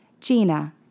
Gina